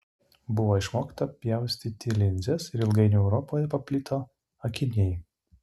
buvo išmokta pjaustyti linzes ir ilgainiui europoje paplito akiniai